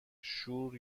شور